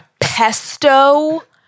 pesto